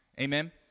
Amen